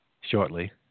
shortly